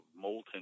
molten